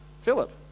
Philip